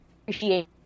appreciate